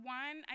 one